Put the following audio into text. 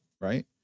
right